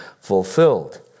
fulfilled